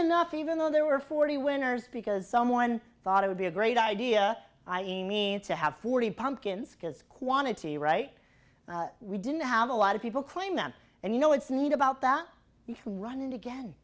enough even though there were forty winners because someone thought it would be a great idea i mean to have forty pumpkins because quantity right we didn't have a lot of people claim them and you know it's not about that you can run it again